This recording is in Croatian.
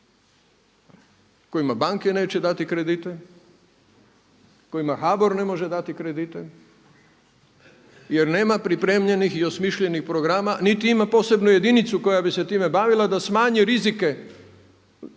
kojima banke neće dati kredite, kojima HBOR ne može dati kredite jer nema pripremljenih i osmišljenih programa niti ima posebnu jedinu koja bi se time bavila da smanji rizike